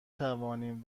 توانیم